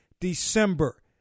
December